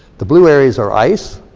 the blue areas are ice.